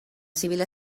civil